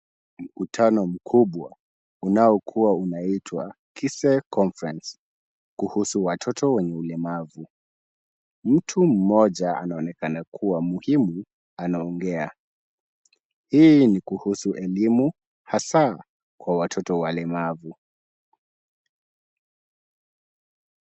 Mkutano mkubwa unaokuwa unaitwa KISE conference kuhusu watoto wenye ulemavu. Mtu mmoja anaonekana kuwa muhimu anaongea. Hii ni kuhusu elimu, hasa kwa watoto walemavu.